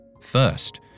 First